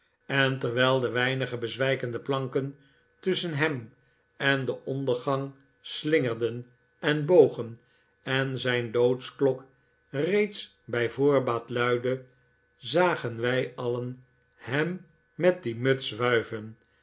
en terwijl de weinige bezwijkende planken twee van mijn vrienden vinden rust tusschen hem en den ondergang slingerden en bogen en zijn doodsklok reeds bij voorbaat luidde zagen wij alien hem met die muts wuiven